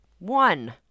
One